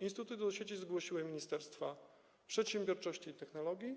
Instytuty do sieci zgłosiły Ministerstwo Przedsiębiorczości i Technologii,